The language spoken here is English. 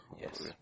Yes